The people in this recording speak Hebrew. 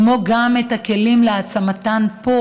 כמו גם את הכלים להעצמתן פה,